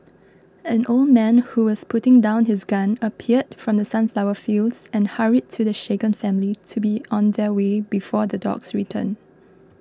an old man who was putting down his gun appeared from the sunflower fields and hurried to the shaken family to be on their way before the dogs return